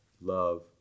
love